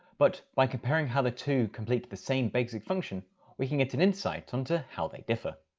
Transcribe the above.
but by comparing how the two complete the same basic function we can get an insight onto how they differ.